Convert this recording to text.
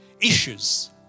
issues